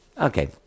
Okay